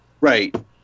right